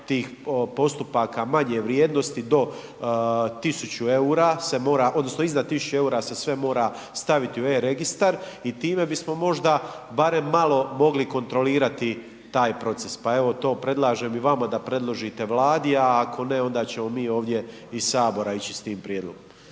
tih postupaka manje vrijednosti, do 1000 eura se mora odnosno iznad 1000 eura se sve mora staviti u e-registar i tome bismo možda barem malo mogli kontrolirati taj proces pa evo, to predlažem i vama da predložite Vladi a ako ne, onda ćemo mi ovdje iz Sabora ići s tim prijedlogom.